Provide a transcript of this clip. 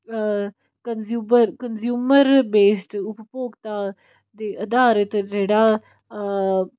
consumer consumer based ਉਪਭੋਗਤਾ ਦੇ ਆਧਾਰਿਤ ਜਿਹੜਾ